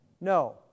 No